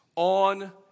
On